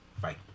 Bye